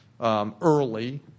early